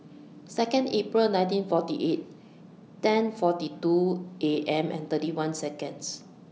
Second April nineteen forty eight ten forty two A M and thirty one Seconds